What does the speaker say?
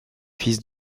fils